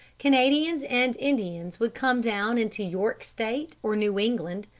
canadians and indians would come down into york state or new england,